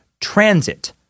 transit